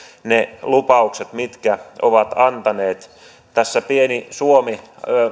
ne lupaukset mitkä ovat antaneet tässä pieni suomi